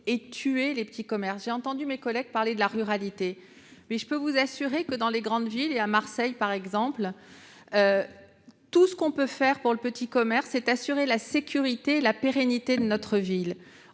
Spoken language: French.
tuer les petits commerces. J'ai entendu mes collègues parler de la ruralité. Je peux vous assurer que dans les grandes villes, à Marseille par exemple, tout ce qu'on peut faire pour le petit commerce permet d'assurer la sécurité et la pérennité de notre ville.